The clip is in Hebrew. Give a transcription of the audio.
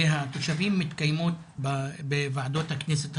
התושבים מתקיימות בוועדות הכנסת השונות.